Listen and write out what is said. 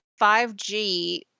5G